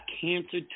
cancer